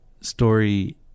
story